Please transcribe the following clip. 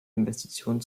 investitionen